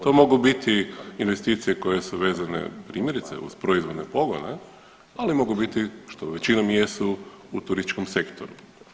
To mogu biti investicije koje su vezane primjerice uz proizvodne pogone, ali mogu biti što većino jesu u turističkom sektoru.